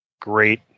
great